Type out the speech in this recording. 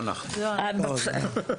לא אנחנו, לא אנחנו.